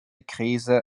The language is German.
krise